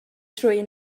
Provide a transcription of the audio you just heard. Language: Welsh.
rhywun